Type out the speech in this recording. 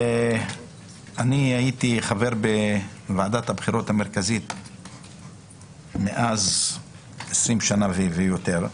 אני הייתי חבר בוועדת הבחירות המרכזית מאז 20 שנה ויותר,